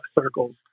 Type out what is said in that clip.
circles